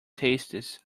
tastes